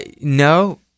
No